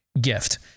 gift